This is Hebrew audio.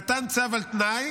נתן צו על תנאי